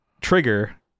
trigger